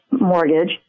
mortgage